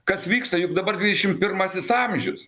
kas vyksta juk dabar dvidešimt pirmasis amžius